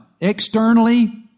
externally